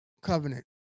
covenant